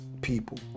people